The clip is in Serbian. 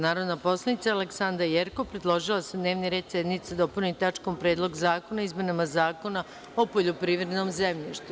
Narodna poslanica Aleksandra Jerkov predložila je da se dnevni red sednice dopuni tačkom - Predlog zakona o izmenama Zakona o poljoprivrednom zemljištu.